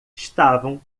estavam